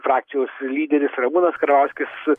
frakcijos lyderis ramūnas karbauskis su